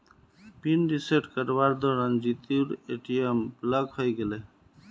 pin reset करवार दौरान जीतूर ए.टी.एम ब्लॉक हइ गेले